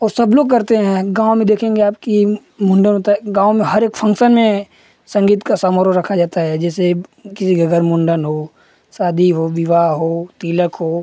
सब लोग करते हैं गाँव में देखेंगे आप कि मुण्डन होता है गाँव में हर एक फ़न्क्शन में संगीत का समारोह रखा जाता है जैसे किसी के घर मुण्डन हो शादी हो विवाह हो तिलक हो